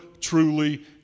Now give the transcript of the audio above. truly